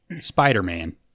Spider-Man